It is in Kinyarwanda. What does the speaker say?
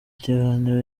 kiganiro